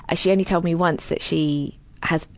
ah she only told me once that she has,